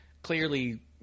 Clearly